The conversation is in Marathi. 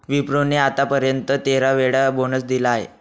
विप्रो ने आत्तापर्यंत तेरा वेळा बोनस दिला आहे